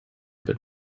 but